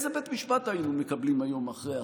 איזה בית משפט היינו מקבלים היום אחרי עשור?